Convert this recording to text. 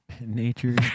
nature